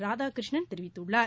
ராதாகிருஷ்ணன் தெரிவித்துள்ளார்